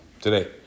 today